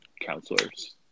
counselors